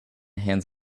hands